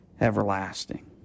everlasting